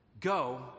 go